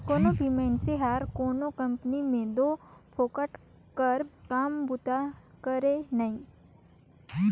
कोनो भी मइनसे हर कोनो कंपनी में दो फोकट कर काम बूता करे नई